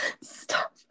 Stop